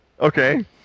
Okay